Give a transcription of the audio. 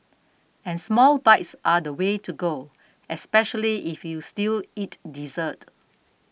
and small bites are the way to go especially if you still eat dessert